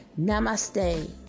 Namaste